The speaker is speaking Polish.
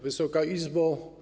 Wysoka Izbo!